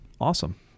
Awesome